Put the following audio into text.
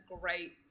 great